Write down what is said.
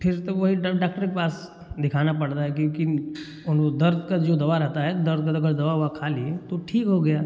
फिर तो वही ड डाक्टर के पास दिखाना पड़ता है क्योंकि अनू दर्द का जो दवा रहता है दर्द अगर दवा अवा खा लिए तो ठीक हो गया